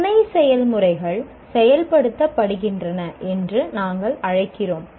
துணை செயல்முறைகள் செயல்படுத்தப்படுகின்றன என்று நாங்கள் அழைக்கிறோம்